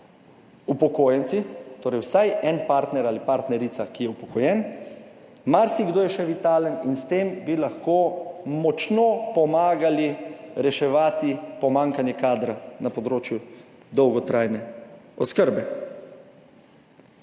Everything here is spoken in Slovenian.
upokojenci, torej vsaj en partner ali partnerica, ki je upokojen, marsikdo je še vitalen in s tem bi lahko močno pomagali reševati pomanjkanje kadra na področju dolgotrajne oskrbe.